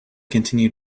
continue